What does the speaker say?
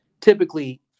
typically